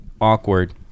awkward